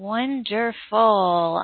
Wonderful